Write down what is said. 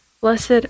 Blessed